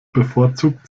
bevorzugt